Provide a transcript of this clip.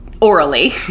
orally